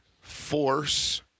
force